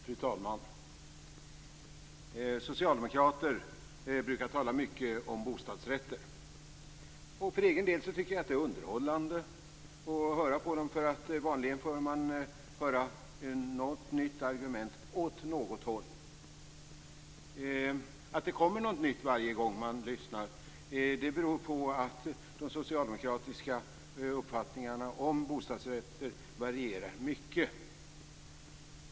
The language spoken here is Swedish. Fru talman! Socialdemokrater brukar tala mycket om bostadsrätter. För egen del tycker jag att det är underhållande att höra på dem. Vanligen får man höra något nytt argument åt något håll. Att det kommer något nytt varje gång man lyssnar beror på att de socialdemokratiska uppfattningarna om bostadsrätter varierar mycket.